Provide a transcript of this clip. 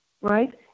right